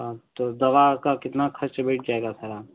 अच्छा तो दवा का कितना खर्च बैठ जाएगा